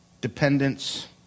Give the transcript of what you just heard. dependence